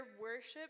worship